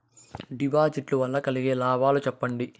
డిపాజిట్లు లు వల్ల కలిగే లాభాలు సెప్పండి?